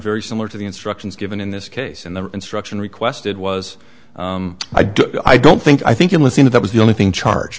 very similar to the instructions given in this case and the instruction requested was i don't i don't think i think it was you know that was the only thing charged